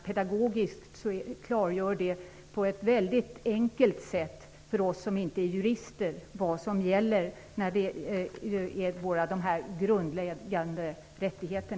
Det klargör pedagogiskt på ett väldigt enkelt sätt för oss som inte är jurister vad som gäller för dessa våra grundläggande rättigheter.